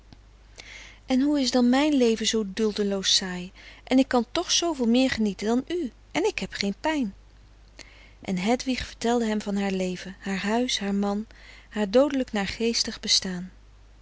en hoe is dan mijn leven zoo duldeloos saai en ik kan toch zooveel meer genieten dan u en ik heb geen pijn en hedwig vertelde hem van haar leven haar huis haar man haar doodelijk naargeestig bestaan